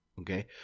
okay